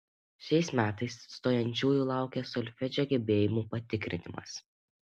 šiais metais stojančiųjų laukia solfedžio gebėjimų patikrinimas